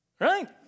Right